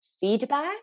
feedback